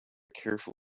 careful